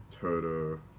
Toto